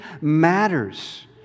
matters